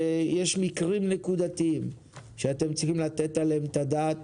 יש מקרים נקודתיים שאתם צריכים לתת עליהם את הדעת